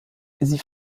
sie